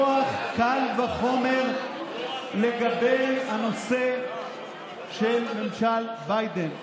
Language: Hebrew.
הוא נכון מכוח קל וחומר לגבי הנושא של ממשל ביידן.